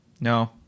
No